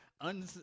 un